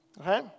okay